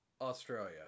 Australia